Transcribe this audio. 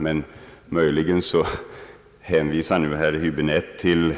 Herr Häbinette hänvisade till